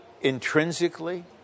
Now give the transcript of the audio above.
intrinsically